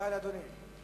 תודה לאדוני.